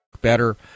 Better